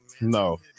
No